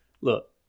look